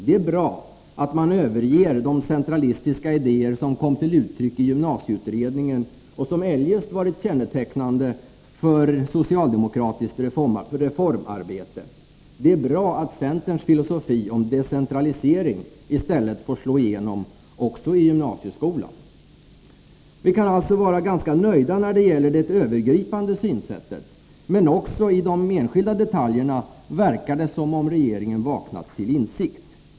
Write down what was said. Det är bra att man överger de centralistiska idéer som kom till uttryck i gymnasieutredningen och som eljest varit kännetecknande för socialdemokratiskt reformarbete. Det är bra att centerns filosofi om decentralisering i stället får slå igenom också i gymnasieskolan. Vi kan alltså vara ganska nöjda när det gäller det övergripande synsättet, men också i de enskilda detaljerna verkar det som om regeringen vaknat till insikt.